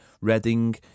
Reading